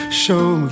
show